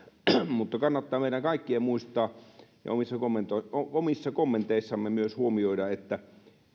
mutta kannattaa meidän kaikkien muistaa ja omissa kommenteissamme myös huomioida että